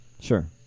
Sure